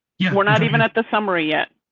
yeah, we're not even at the summary yet.